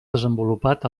desenvolupat